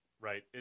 right